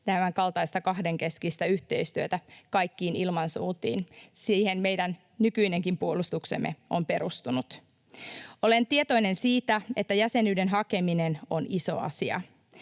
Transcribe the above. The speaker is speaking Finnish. tämänkaltaista kahdenkeskistä yhteistyötä kaikkiin ilmansuuntiin. Siihen meidän nykyinenkin puolustuksemme on perustunut. Olen tietoinen siitä, että jäsenyyden hakeminen on iso asia.